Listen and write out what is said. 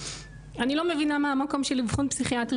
אני לא מבינה מה המקום של אבחון פסיכיאטרי